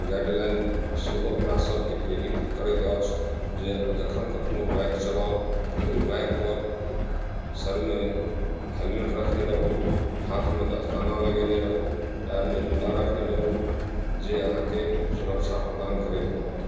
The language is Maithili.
गाइडलाइन सेहो हमरा सभके प्रेरित करैत अछि जे जखन कखनो बाइक चलाउ तऽ ओहि बाइकपर सरमे हेलमेट रखने रहू हाथमे दस्ताना लगेने रहू टाइरमे जूता रखने रहू जे अहाँके सुरक्षा प्रदान करैत रहत